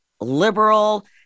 liberal